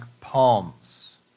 palms